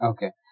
Okay